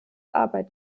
arbeit